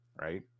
right